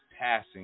passing